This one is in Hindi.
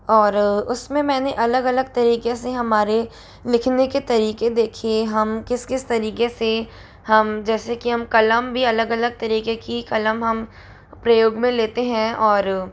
और उसमें मैंने अलग अलग तरीके से हमारे लिखने के तरीके देखे हम किस किस तरीके से हम जैसे कि हम कलम भी अलग अलग तरीके की कलम हम प्रयोग में लेते हैं और